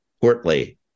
Portly